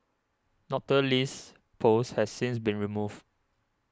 Doctor Lee's post has since been removed